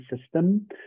system